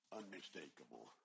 unmistakable